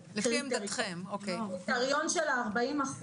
קריטריון של ה-40%